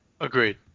Agreed